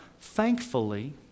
thankfully